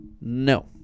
no